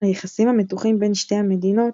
היחסים המתוחים בין שתי המדינות